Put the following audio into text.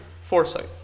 foresight